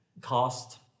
cost